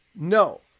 No